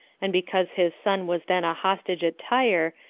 and because his son was then a hostage at tyre,